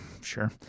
Sure